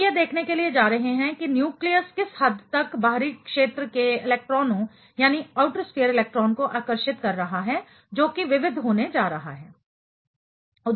हम यह देखने के लिए जा रहे हैं कि न्यूक्लियस किस हद तक बाहरी क्षेत्र के इलेक्ट्रॉन को आकर्षित कर रहा है जो कि विविध होने जा रहा है